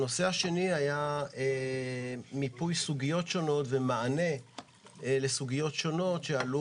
הנושא השני היה מיפוי סוגיות שונות ומענה לסוגיות שונות שעלו